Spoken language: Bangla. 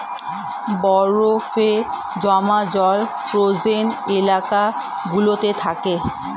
বরফে জমা জল ফ্রোজেন এলাকা গুলোতে থাকে